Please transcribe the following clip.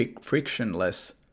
frictionless